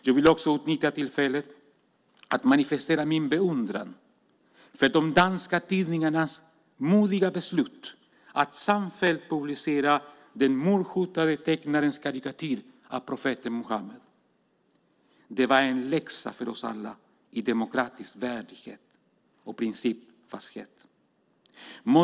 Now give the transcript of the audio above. Jag vill också utnyttja tillfället att manifestera min beundran för de danska tidningarnas modiga beslut att samfällt publicera den mordhotade tecknarens karikatyr av profeten Muhammed. Det var en läxa för oss alla i demokratisk värdighet och principfasthet.